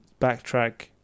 backtrack